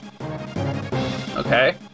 Okay